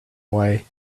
way